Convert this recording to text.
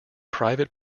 private